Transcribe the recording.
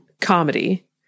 comedy